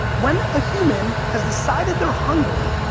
when a human has decided they're hungry,